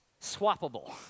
swappable